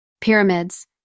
Pyramids